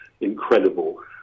incredible